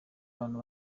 abantu